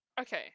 Okay